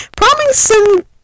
promising